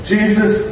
Jesus